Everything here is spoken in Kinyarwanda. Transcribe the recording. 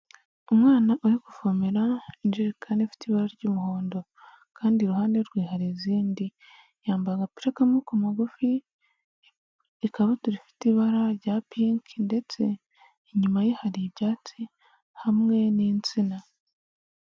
Umwana uri kuvomera injerekani ifite ibara ry'umuhondo kandi iruhande rwe hari izindi, yambaye agapira k'amoboko magufi, ikabutura ifite ibara rya pinki ndetse inyuma ye hari ibyatsi hamwe n'insina.